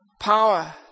power